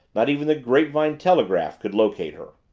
not even the grapevine telegraph could locate her.